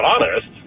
honest